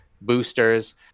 boosters